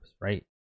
right